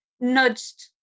nudged